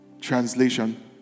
Translation